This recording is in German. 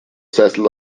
sessel